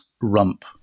rump